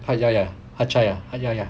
ha ya ya hat yai ha ya ya